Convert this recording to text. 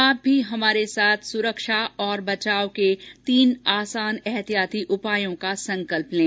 आप भी हमारे साथ सुरक्षा और बचाव के तीन आसान एहतियाती उपायों का संकल्प लें